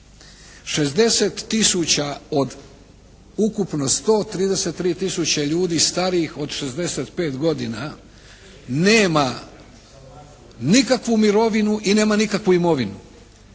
60 tisuća od ukupni 133 tisuće ljudi starijih od 65 godina nema nikakvu mirovinu i nema nikakvu imovinu.